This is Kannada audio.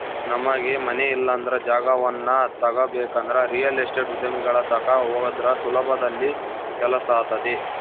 ನಮಗೆ ಮನೆ ಇಲ್ಲಂದ್ರ ಜಾಗವನ್ನ ತಗಬೇಕಂದ್ರ ರಿಯಲ್ ಎಸ್ಟೇಟ್ ಉದ್ಯಮಿಗಳ ತಕ ಹೋದ್ರ ಸುಲಭದಲ್ಲಿ ಕೆಲ್ಸಾತತೆ